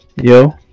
Yo